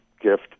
gift